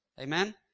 Amen